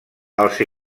els